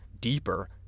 deeper